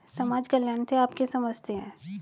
समाज कल्याण से आप क्या समझते हैं?